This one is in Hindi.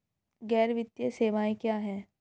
गैर वित्तीय सेवाएं क्या हैं?